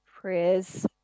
prayers